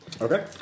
Okay